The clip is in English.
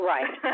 Right